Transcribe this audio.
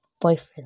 boyfriend